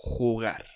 jugar